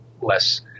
less